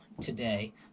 today